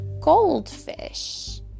goldfish